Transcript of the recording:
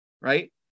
right